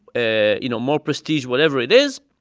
ah you know more prestige, whatever it is